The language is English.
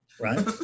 Right